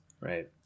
Right